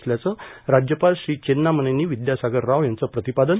असल्याचं राज्यपाल श्री चेत्रामनेनी विद्यासागर राव यांचं प्रतिपादन